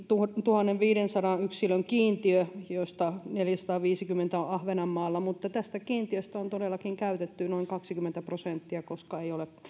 tuhannenviidensadan yksilön kiintiö josta neljäsataaviisikymmentä on ahvenanmaalla mutta tästä kiintiöstä on todellakin käytetty vain noin kaksikymmentä prosenttia koska niille